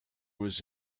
was